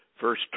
Verse